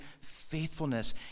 faithfulness